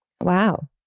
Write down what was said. Wow